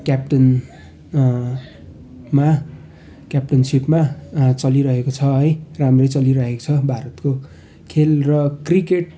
captain मा क्याप्टनसिपमा चलिरहेको छ है राम्रै चलिरहेको छ भारतको खेल र क्रिकेट